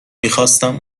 میخواستم